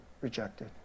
rejected